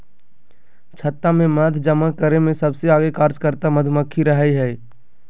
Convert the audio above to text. छत्ता में मध जमा करे में सबसे आगे कार्यकर्ता मधुमक्खी रहई हई